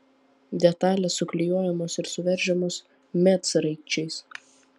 detalės suklijuojamos ir suveržiamos medsraigčiais